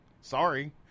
sorry